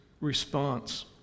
response